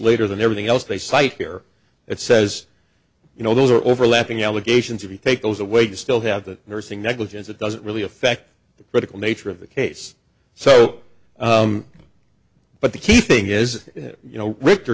later than everything else they cite here it says you know those are overlapping allegations if you take those away to still have the nursing negligence it doesn't really affect the critical nature of the case so but the key thing is you know richter